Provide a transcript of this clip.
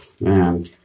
man